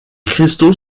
cristaux